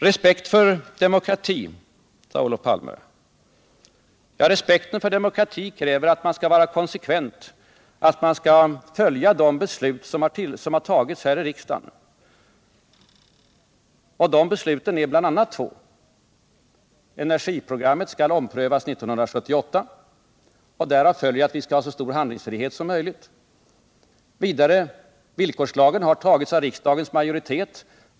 Respekt för demokratin, sade Olof Palme. Respekten för demokratin kräver att man skall vara konsekvent, att man skall följa de beslut som har tagits här i riksdagen. De besluten är bl.a. två. Energiprogrammet skall omprövas 1978, och därav följer att vi skall ha så stor handlingsfrihet som möjligt. Villkorslagen har tagits av riksdagens majoritet.